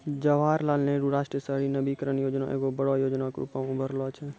जवाहरलाल नेहरू राष्ट्रीय शहरी नवीकरण योजना एगो बड़ो योजना के रुपो मे उभरलो छै